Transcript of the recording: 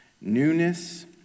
newness